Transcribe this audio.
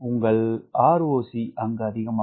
உங்கள் ROC அதிகமாகும்